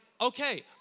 okay